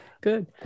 Good